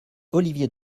olivier